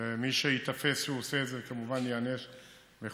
ומי שייתפס שהוא עושה את זה, כמובן ייענש בחומרה.